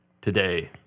today